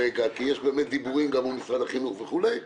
כי יש דיבורים מול משרד החינוך וכולי,